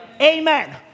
Amen